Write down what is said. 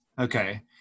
Okay